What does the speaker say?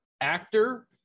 actor